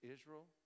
Israel